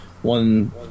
One